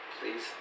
please